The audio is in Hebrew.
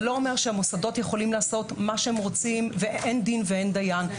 זה לא אומר שהמוסדות יכולים לעשות מה שהם רוצים ואין דין ואין דיין.